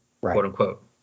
quote-unquote